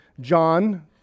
John